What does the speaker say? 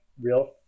real